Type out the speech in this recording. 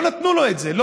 לא נתנו לו את זה,